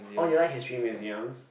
oh you like history museums